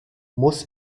muss